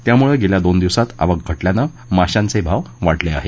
त्यामुळं गेल्या दोन दिवसात आवक घटल्यानं माशांचे भाव वाढले आहेत